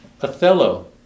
Othello